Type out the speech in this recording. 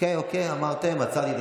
אופיר אקוניס.